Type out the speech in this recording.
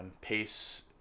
pace